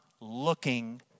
looking